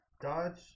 dodge